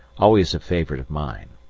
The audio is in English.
always a favourite of mine.